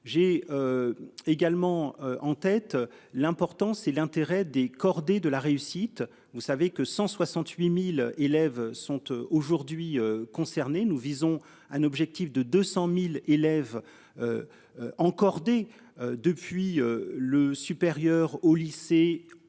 j'ai. Également en tête. L'important, c'est l'intérêt des cordées de la réussite. Vous savez que 168.000 élèves sont aujourd'hui concernés. Nous visons un objectif de 200.000 élèves. Cordée depuis le supérieur au lycée